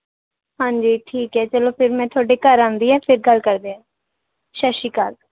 ਹਾਂਜੀ ਠੀਕ ਹੈ ਚਲੋ ਫੇਰ ਮੈਂ ਤੁਹਾਡੇ ਘਰ ਆਉਂਦੀ ਹਾਂ ਫੇਰ ਗੱਲ ਕਰਦੇ ਹਾਂ ਸਤਿ ਸ਼੍ਰੀ ਅਕਾਲ